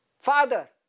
Father